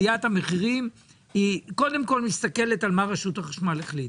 עליית המחירים קודם כל מסתכלת על מה רשות החשמל החליטה,